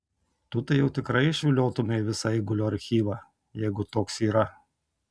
tu tai jau tikrai išviliotumei visą eigulio archyvą jeigu toks yra